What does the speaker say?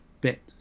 bit